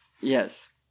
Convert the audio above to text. yes